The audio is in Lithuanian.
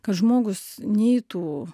kad žmogus neitų